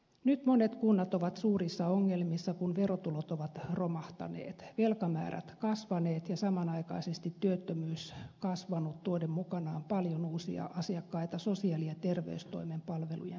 nyt monet kunnat ovat suurissa ongelmissa kun verotulot ovat romahtaneet velkamäärät kasvaneet ja samanaikaisesti työttömyys kasvanut tuoden mukanaan paljon uusia asiakkaita sosiaali ja terveystoimen palvelujen piiriin